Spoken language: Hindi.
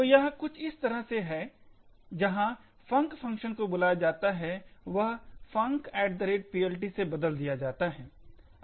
तो यह कुछ इस तरह है जहां func फंक्शन को बुलाया जाता है वह funcPLT से बदल दिया जाता है